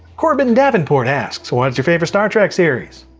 corbin davenport asks, what's your favorite star trek series?